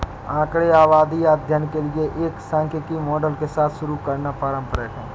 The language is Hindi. आंकड़े आबादी या अध्ययन के लिए एक सांख्यिकी मॉडल के साथ शुरू करना पारंपरिक है